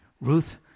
Ruth